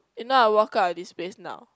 if not I walk out of this place now